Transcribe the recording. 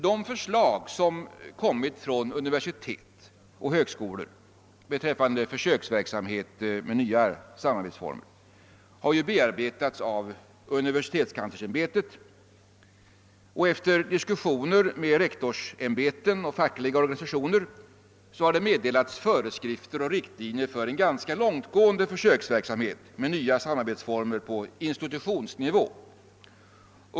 De förslag som inkommit från universitet och högskolor rörande försöksverksamhet med nya samarbetsformer har bearbetats av universitetskanslersämbetet, och efter diskussioner med rektorsämbeten och fackliga organisationer har föreskrifter och riktlinjer meddelats för en ganska långtgående försöksverksamhet med nya samarbetsformer på institutionsnivå.